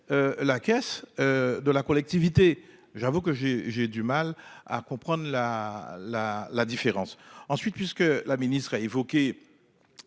La caisse. De la collectivité. J'avoue que j'ai, j'ai du mal à comprendre la la la différence ensuite puisque la ministre a évoqué.